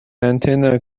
antenna